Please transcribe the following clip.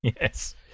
Yes